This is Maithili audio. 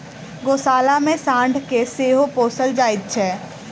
गोशाला मे साँढ़ के सेहो पोसल जाइत छै